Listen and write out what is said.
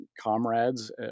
comrades